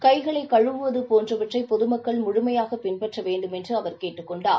கை களை கழுவுவது போன்றவற்றை பொதுமக்கள் முழுமையாக பின்பற்ற வேண்டுமென்று அவர் கேட்டுக் கொண்டார்